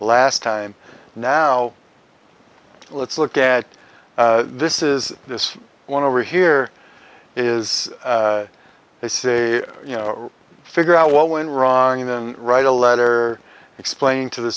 last time now let's look at this is this one over here is they say you know figure out what went wrong than write a letter explaining to the